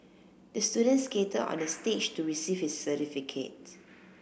the student skated onto the stage to receive his certificate